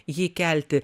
jį kelti